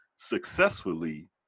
successfully